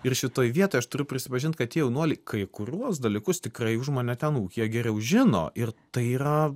ir šitoj vietoj aš turiu prisipažint kad tie jaunuoliai kai kuriuos dalykus tikrai už mane ten ūkyje geriau žino ir tai yra